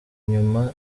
nyuma